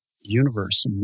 universe